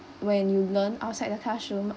when you learn outside the classroom